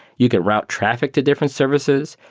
you can route traffic to different services.